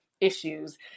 issues